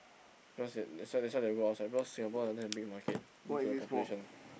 because it that's why that's why they go outside because Singapore doesn't have big market due to the population